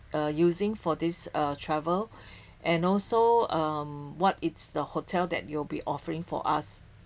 uh using for this uh travel and also um what is the hotel that you'll be offering for us